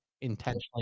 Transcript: intentionally